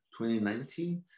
2019